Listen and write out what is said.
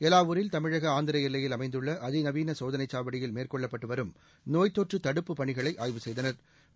எலாவூரில் தமிழக ஆந்திர எல்லையில் அமைந்துள்ள அதிநவீன சோதளை சாவடியில் மேற்கொள்ளப்பட்டு வரும் நோய்த்தொற்று தடுப்புப் பணிகளை ஆய்வு செய்தனா்